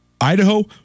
Idaho